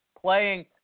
Playing